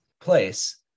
place